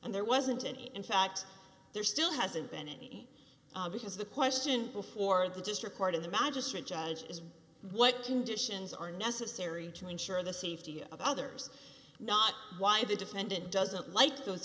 and there wasn't any in fact there still hasn't been any because the question before the district court of the magistrate judge is what conditions are necessary to ensure the safety of others not why the defendant doesn't like those